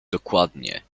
dokładnie